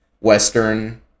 Western